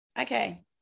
Okay